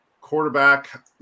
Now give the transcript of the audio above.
quarterback